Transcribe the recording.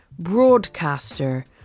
broadcaster